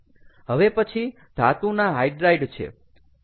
હવે પછી ધાતુ ના હાઈડ્રાઇડ છે